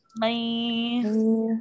Bye